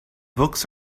books